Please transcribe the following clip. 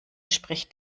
spricht